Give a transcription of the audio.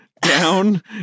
down